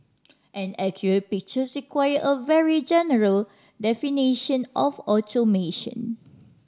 an accurate picture require a very general definition of automation